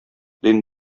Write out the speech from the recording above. дин